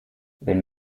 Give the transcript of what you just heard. wenn